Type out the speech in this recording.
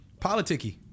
Politicky